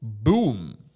Boom